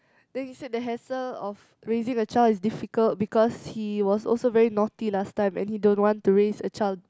then he said the hassle of raising a child is difficult because he was also very naughty last time and he don't want to raise a child